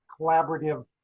collaborative